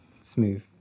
Smooth